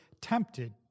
tempted